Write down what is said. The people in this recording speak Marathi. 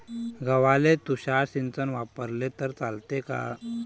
गव्हाले तुषार सिंचन वापरले तर चालते का?